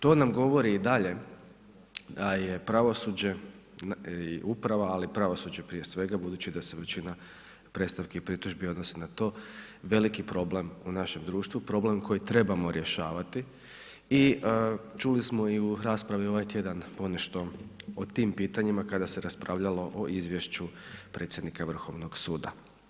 To nam govori i dalje da je pravosuđe i uprava ali i pravosuđe prije svega, budući da se većina predstavki i pritužbi odnosi na to, veliki problem u našem društvu, problem koji trebamo rješavati i čuli smo i u raspravi ovaj tjedan ponešto o tim pitanjima kada se raspravljalo o izvješću predsjednika Vrhovnog suda.